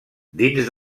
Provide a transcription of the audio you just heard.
dins